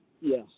yes